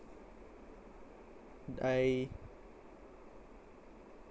I